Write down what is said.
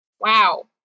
wow